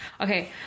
Okay